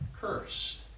cursed